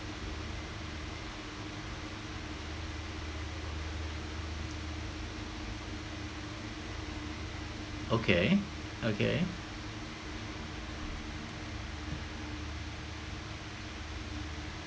okay okay